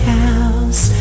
house